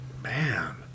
man